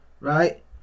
right